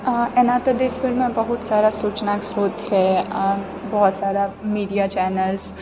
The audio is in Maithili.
एना तऽ देश भरिमे बहुत सारा सूचना श्रोत छै बहुत सारा मीडिया चैनल्स